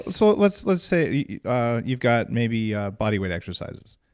so let's let's say yeah ah you've got maybe ah body weight exercises.